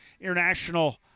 International